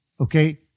okay